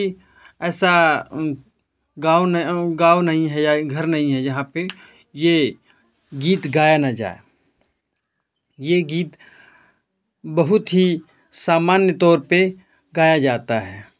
ऐसा गाँव नहीं है या घर नहीं है जहाँ पर ये गीत गाया न जाए ये गीत बहुत ही सामान्य तौर पर गाया जाता है